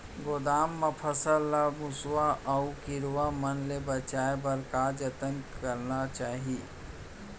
गोदाम मा फसल ला मुसवा अऊ कीरवा मन ले बचाये बर का जतन करना चाही?